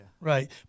Right